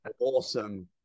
awesome